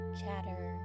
chatter